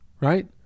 Right